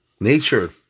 nature